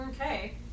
Okay